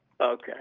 Okay